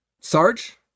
Sarge